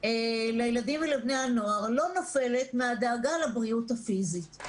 של הילדים ובני הנוער לא נופלת מהדאגה לבריאות הפיסית.